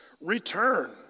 return